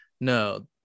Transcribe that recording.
no